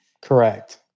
Correct